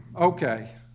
Okay